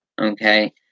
okay